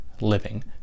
living